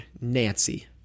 Nancy